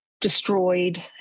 destroyed